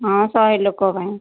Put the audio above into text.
ହଁ ଶହେ ଲୋକଙ୍କ ପାଇଁ